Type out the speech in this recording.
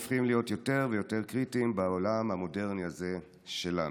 הופכות להיות יותר ויותר קריטיות בעולם המודרני הזה שלנו.